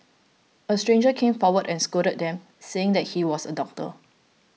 a stranger came forward and scolded them saying that he was a doctor